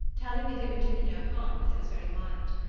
telling me that it would do me no harm, as it was very mild.